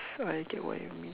I get what you mean